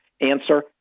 Answer